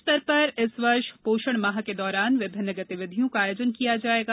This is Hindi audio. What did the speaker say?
प्रदेश स्तर पर इस वर्ष पोषण माह के दौरान में विभिन्न गतिविधियों का आयोजन किया जाएगा